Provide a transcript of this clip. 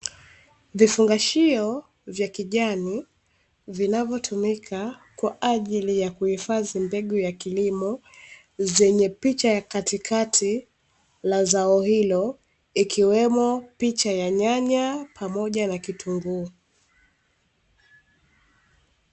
Vifungashio vya kijani vinavyotumika kwa ajili ya kuhifadhi mbegu ya kilimo, zenye picha ya katikati la zao hilo, ikiwemo picha ya nyanya pamoja na kitunguu.